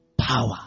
power